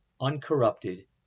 uncorrupted